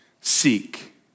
seek